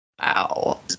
Wow